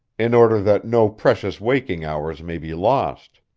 in order that no precious waking hours may be lost.